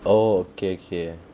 oh okay okay